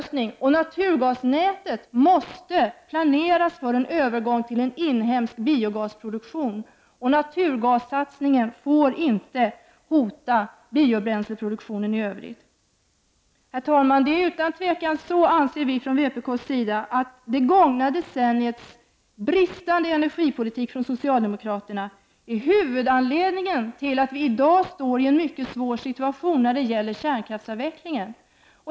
Naturgasnätet måste planeras för övergång till en inhemsk biogasproduktion. Satsningen på naturgas får inte hota biobränsleproduktionen i övrigt. Herr talman! Från vpk:s sida anser vi utan tvekan att det gångna decenniets bristande energipolitik från socialdemokratisk sida är huvudanledningen till att vi i dag befinner oss i en mycket svår situation när det gäller kärnkraftsavvecklingen.